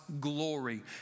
glory